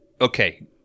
okay